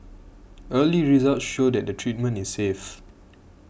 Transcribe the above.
early results show that the treatment is safe